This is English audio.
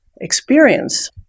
experience